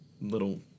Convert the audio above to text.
little